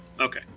Okay